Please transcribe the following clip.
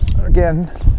again